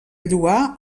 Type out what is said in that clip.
lloar